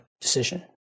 decision